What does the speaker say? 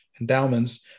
endowments